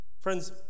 Friends